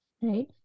right